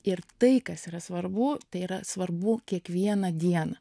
ir tai kas yra svarbu tai yra svarbu kiekvieną dieną